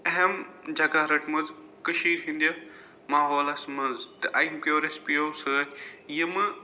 اہم جگہ رٔٹمٕژ کٔشیٖرِ ہِنٛدِ ماحولَس مَنٛز تہٕ اَمہِ کیو رٮ۪سپِیو سۭتۍ یِمہٕ